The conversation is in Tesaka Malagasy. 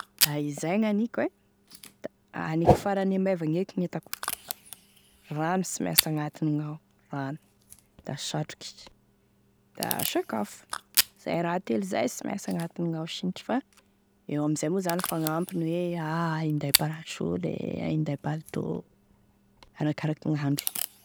La izay gn'aniko e da aniko farane maivagny eky gnentako, rano sy mainsy agnatiny ao da satroky, da sakafo, izay raha telo izay sy mainsy agnatiny ao sinitry fa eo amin'izay moa fagnampiny hoe a inday parasolo e, inday palito, arakaraky gn'andro.